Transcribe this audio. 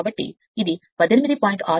కాబట్టి ఇది 18